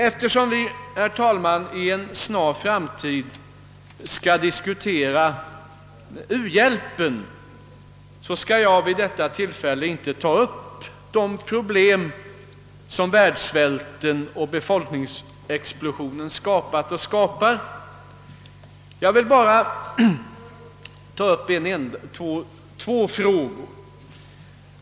Eftersom vi, herr talman, i en snar framtid skall diskutera u-hjälpen, skall jag nu inte ta upp de problem som världssvälten och befolkningsexplosionen skapat. Jag vill bara ta upp två frågor.